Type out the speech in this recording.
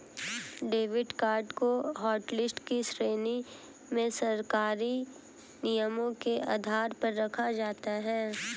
debit card को hotlist की श्रेणी में सरकारी नियमों के आधार पर रखा जाता है